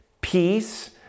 peace